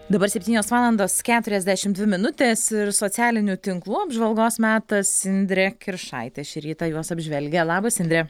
dabar septynios valandos keturiasdešimt dvi minutės ir socialinių tinklų apžvalgos metas indrė kiršaitė šį rytą juos apžvelgia labas indre